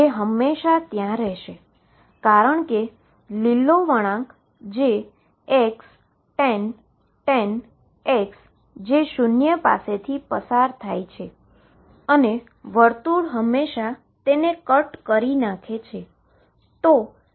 જે હંમેશાં ત્યા રહેશે કારણ કે લીલો વળાંક xtan x જે શુન્ય પાસેથી પસાર થાય છે અને વર્તુળ હંમેશાં તેને કાપી નાખે છે